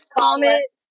comment